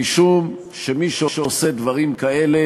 משום שמי שעושה דברים כאלה